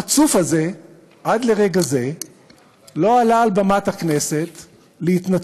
החצוף הזה עד לרגע זה לא עלה על במת הכנסת להתנצל,